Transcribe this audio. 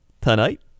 tonight